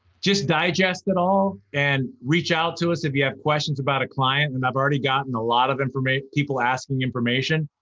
just digest it all and reach out to us if you have questions about a client, and i've already gotten a lot of people asking information.